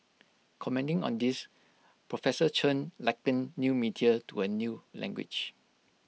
commenting on this Prof Chen likened new media to A new language